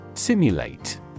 Simulate